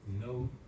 no